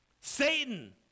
Satan